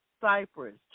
Cyprus